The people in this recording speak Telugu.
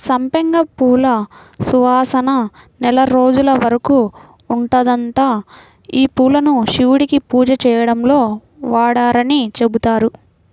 సంపెంగ పూల సువాసన నెల రోజుల వరకు ఉంటదంట, యీ పూలను శివుడికి పూజ చేయడంలో వాడరని చెబుతారు